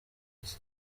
iki